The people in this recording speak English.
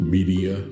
Media